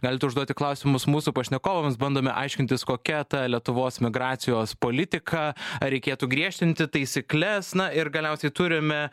galite užduoti klausimus mūsų pašnekovams bandome aiškintis kokia ta lietuvos migracijos politika ar reikėtų griežtinti taisykles na ir galiausiai turime